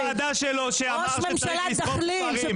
כיושב ראש ועדה שלו אמר שצריך לשרוף כפרים.